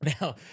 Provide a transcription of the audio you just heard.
Now